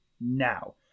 now